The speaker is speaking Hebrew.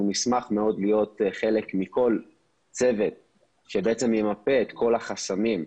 אנחנו נשמח מאוד להיות חלק מכל צוות שימפה את כל החסמים,